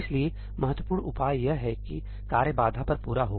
इसलिए महत्वपूर्ण उपाय यह है कि कार्य बाधा पर पूरा हो